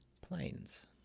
planes